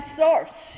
source